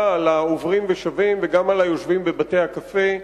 על העוברים ושבים ואפילו על היושבים בבתי-הקפה.